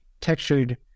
textured